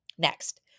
Next